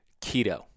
keto